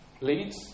leads